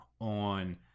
on